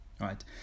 right